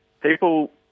people